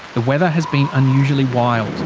the weather has been unusually wild.